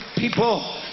People